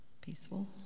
Peaceful